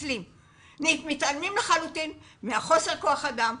מתעלמים לחלוטין מהמחסור בכוח אדם,